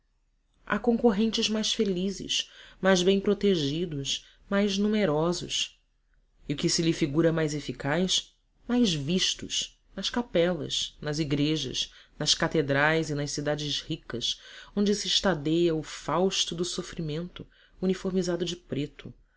há concorrentes mais felizes mais bem protegidos numerosos e o que se lhe figura mais eficaz mais vistos nas capelas nas igrejas nas catedrais e nas cidades ricas onde se estadeia o fausto do sofrimento uniformizado de preto